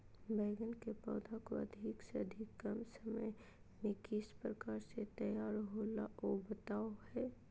बैगन के पौधा को अधिक से अधिक कम समय में किस प्रकार से तैयारियां होला औ बताबो है?